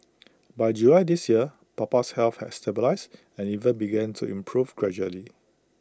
by July this year Papa's health had stabilised and even begun to improve gradually